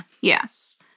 Yes